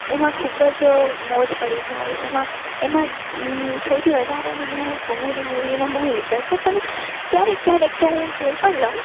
એમાં ખૂબ જ મોજ પડી જાય એમાં એમાં સૌથી વધારે મને કોમેડી મુવીમાં બહુ ઈન્ટરેસ્ટ છે પણ કયારેક કયારેક તો હું જોઈ પણ લઉં